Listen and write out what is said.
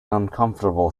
uncomfortable